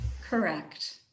Correct